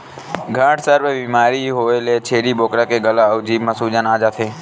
घटसर्प बेमारी होए ले छेरी बोकरा के गला अउ जीभ म सूजन आ जाथे